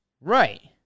Right